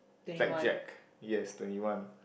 Blackjack yes twenty one